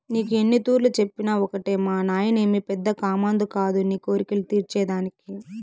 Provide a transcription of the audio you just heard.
నీకు ఎన్నితూర్లు చెప్పినా ఒకటే మానాయనేమి పెద్ద కామందు కాదు నీ కోర్కెలు తీర్చే దానికి